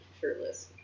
shirtless